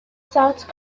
south